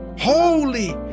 holy